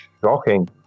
shocking